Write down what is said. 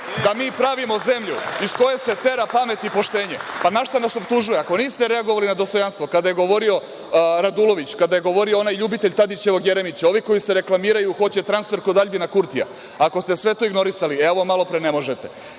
da mi pravimo zemlju iz koje se tera pamet i poštenje. Pa, za šta nas optužuje? Ako niste reagovali na dostojanstvo kada je govorio Radulović, kada je govorio onaj ljubitelj Tadićevog Jeremića, oni koji se reklamiraju, hoće transfer kod Albina Kurtija, ako ste sve to ignorisali, a ovo malo pre ne možete,